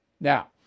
Now